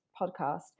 podcast